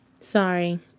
Sorry